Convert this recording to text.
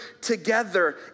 together